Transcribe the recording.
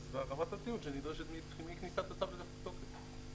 אז מכניסת הצו לתוקף.